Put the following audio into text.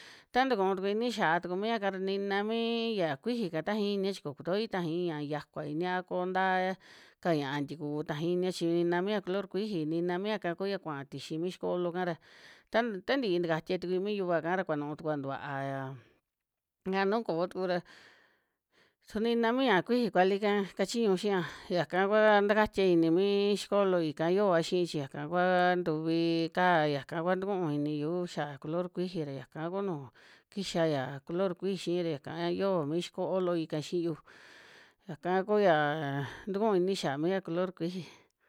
Ta tukuu tuku ini xiaa tuku miaka ra nina mii ya kuiji'ka tajai inia chi ko kutoi tajai ña'a yakua inia a ko ntaa ka ñia'a ntiku tajai inia chi, nina mi ya color kuiji, nina miaka ku ya kuaa tixi mi xiko'o looka ra, tan ta ntii takatia tukui mi yuva'ka ra kuanu tukua tuvaya, a nu koo tukura su nina mi ña'a kuiji kuali'ka kachiñu xiia, yaka kuaa takatiai ini mii xiko'o looi ika yoa xii chi yaka kuaa ntuvi kaa, yaka kua tukuun iniyu xa color kuiji ra yaka ku nu kixa ya color kuiji xii ra, yaka koo mi xiko'o looi ka xiiyu, yaka kuyaaa tukuu ini xiaa mi ya color kuiji.